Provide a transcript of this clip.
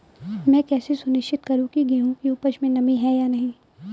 मैं कैसे सुनिश्चित करूँ की गेहूँ की उपज में नमी है या नहीं?